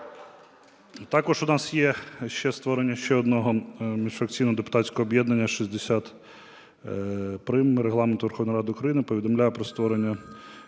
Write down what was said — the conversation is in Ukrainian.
Також у нас є ще створення ще одного міжфракційного депутатського об'єднання. 60 прим. Регламенту Верховної Ради України